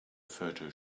photo